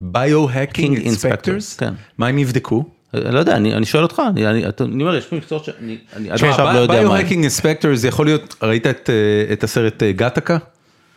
ביו-הקינג אינספקטורס מה הם יבדקו אני שואל אותך אני אדרך ביו-הקינג אינספקטורס יכול להיות ראית את הסרט גטקה?